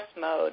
mode